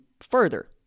further